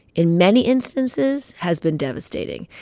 in many instances, has been devastating.